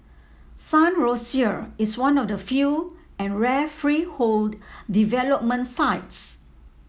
Sun Rosier is one of the few and rare freehold development sites